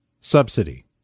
Subsidy